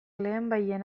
lehenbailehen